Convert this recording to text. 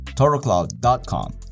ToroCloud.com